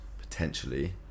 potentially